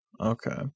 Okay